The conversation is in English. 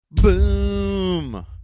boom